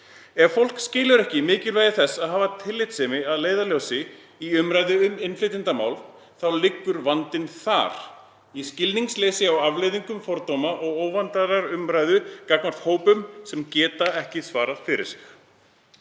Ef fólk skilur ekki mikilvægi þess að hafa tillitssemi að leiðarljósi í umræðu um innflytjendamál þá liggur vandinn þar; í skilningsleysi á afleiðingum fordóma og óvandaðrar umræðu gagnvart hópum sem geta ekki svarað fyrir sig.